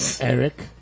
Eric